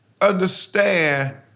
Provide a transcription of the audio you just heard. understand